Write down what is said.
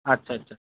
ଆଚ୍ଛା ଆଚ୍ଛା